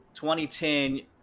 2010